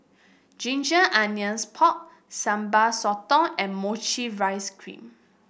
Ginger Onions Pork Sambal Sotong and mochi rice cream